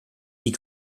die